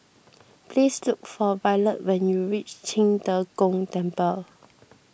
please look for Violet when you reach Qing De Gong Temple